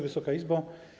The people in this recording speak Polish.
Wysoka Izbo!